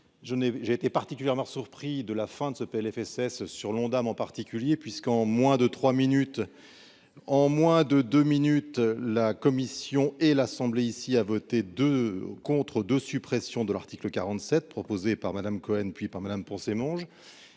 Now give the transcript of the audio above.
j'ai été particulièrement surpris de la fin de ce Plfss sur l'Ondam en particulier puisqu'en moins de 3 minutes en moins de 2 minutes, la commission et l'Assemblée ici à voter de contre, de suppression de l'article 47 proposée par Madame Cohen-puis par Madame Poncet mange